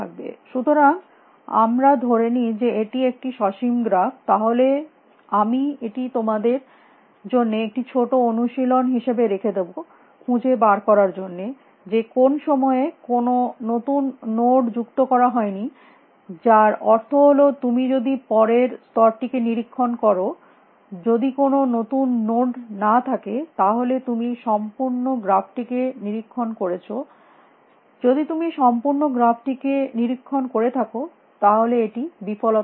সুতরাং আমরা ধরে নি যে এটি একটি সসীম গ্রাফ তাহলে আমি এটিকে তোমাদের জন্য একটি ছোটো অনুশীলন হিসাবে রেখে দেব খুঁজে বার করার জন্য যে কোন সময়ে কোনো নতুন নোড যুক্ত করা হয়নি যার অর্থ হল তুমি যদি পরের স্তরটিকে নিরীক্ষণ কর যদি কোনো নতুন নোড না থাকে তাহলে তুমি সম্পূর্ণ গ্রাফ টিকে নিরীক্ষণ করেছ যদি তুমি সম্পূর্ণ গ্রাফ টিকে নিরীক্ষণ করে থাক তাহলে এটি বিফলতা দেখাবে